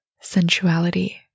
sensuality